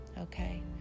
okay